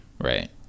Right